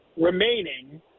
remaining